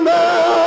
now